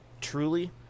Truly